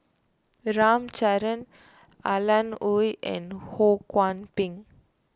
chandran Alan Oei and Ho Kwon Ping